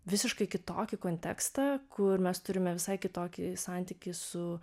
visiškai kitokį kontekstą kur mes turime visai kitokį santykį su